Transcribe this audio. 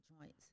joints